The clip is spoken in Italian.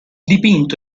dipinto